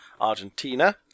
Argentina